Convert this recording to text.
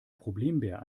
problembär